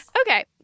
Okay